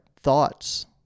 thoughts